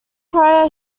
prior